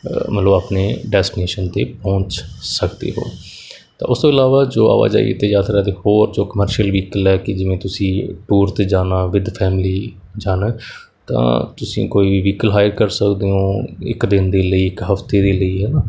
ਮਤਲਬ ਆਪਣੀ ਡੈਸਟੀਨੇਸ਼ਨ 'ਤੇ ਪਹੁੰਚ ਸਕਦੇ ਹੋ ਤਾਂ ਉਸ ਤੋਂ ਇਲਾਵਾ ਜੋ ਆਵਾਜਾਈ ਅਤੇ ਯਾਤਰਾ ਦੇ ਹੋਰ ਜੋ ਕਮਰਸ਼ੀਅਲ ਵਹੀਕਲ ਹੈ ਕਿ ਜਿਵੇਂ ਤੁਸੀਂ ਟੂਰ 'ਤੇ ਜਾਣਾ ਵਿੱਧ ਫੈਮਲੀ ਜਾਣਾ ਤਾਂ ਤੁਸੀਂ ਕੋਈ ਵਹੀਕਲ ਹਾਇਰ ਕਰ ਸਕਦੇ ਹੋ ਇੱਕ ਦਿਨ ਦੇ ਲਈ ਇੱਕ ਹਫਤੇ ਦੇ ਲਈ ਹੈ ਨਾ